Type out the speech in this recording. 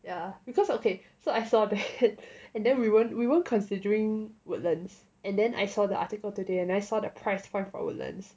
ya because okay so I saw the head and then we weren't we weren't considering woodlands and then I saw the article today and I saw the price point for woodlands